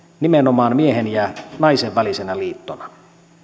nimenomaan miehen ja naisen välisenä liittona